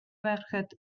merched